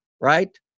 right